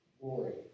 glory